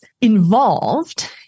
involved